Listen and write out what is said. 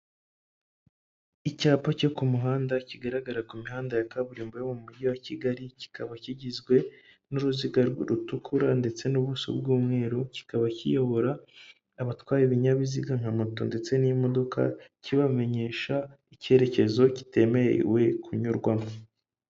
Icyapa cyo ku muhanda kigaragara ku mihanda ya kaburimbo yo mu mujyi wa Kigali, kikaba kigizwe n'uruziga rutukura ndetse n'ubuso bw'umweru, kikaba kiyobora abatwaye ibinyabiziga nka moto ndetse n'imodoka, kibamenyesha icyerekezo kitemerewe kunyurwamo.